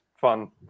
fun